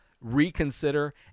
reconsider